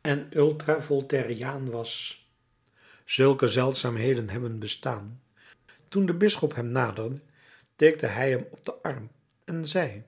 en ultra voltairiaan was zulke zeldzaamheden hebben bestaan toen de bisschop hem naderde tikte hij hem op den arm en zei